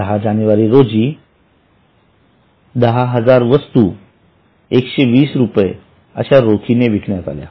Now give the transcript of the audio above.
10 जानेवारी रोजी १०००० वस्तू 120 रुपये अशा रोखीने विकण्यात आल्या